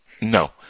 No